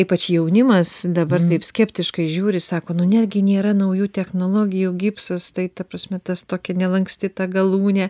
ypač jaunimas dabar taip skeptiškai žiūri sako nu negi nėra naujų technologijų gipsas tai ta prasme tas tokia nelanksti ta galūnė